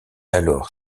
alors